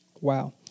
Wow